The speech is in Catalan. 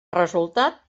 resultat